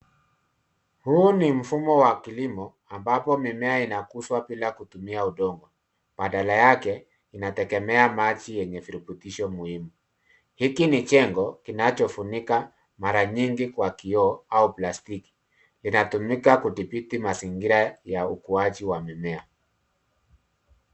Huu ni mfumo wa kilimo ambapo mimea inakuzwa bila kutumia udongo. Badala yake inategemea maji yenye virutubisho muhimu. Hiki ni cheko kinacho funikwa mara nyingi kwa kioo au plastiki. Inatumika kudhibiti mazingira ya ukuaji wa mimea.